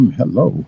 hello